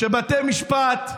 בתי משפט,